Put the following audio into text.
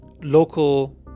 local